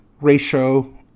ratio